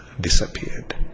disappeared